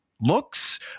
looks